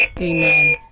Amen